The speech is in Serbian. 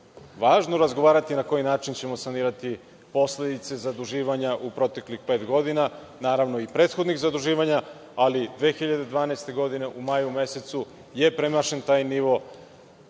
važno razgovarati na koji način ćemo sanirati posledice zaduživanja u proteklih pet godina, naravno, i prethodnih zaduživanja, ali 2012. godine u maju mesecu je premašen taj nivo,